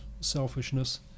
selfishness